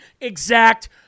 exact